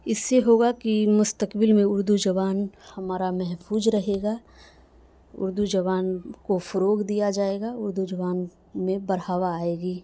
اس سے ہوگا کہ مستقبل میں اردو زبان ہمارا محفوظ رہے گا اردو زبان کو فروغ دیا جائے گا اردو زبان میں بڑھاوا آئے گی